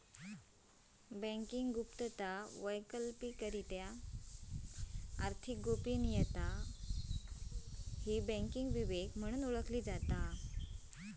banking गुप्तता, वैकल्पिकरित्या आर्थिक गोपनीयता, बँकिंग विवेक म्हणून ओळखली जाता